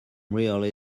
really